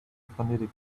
phonetic